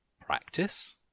Practice